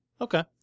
Okay